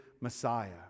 Messiah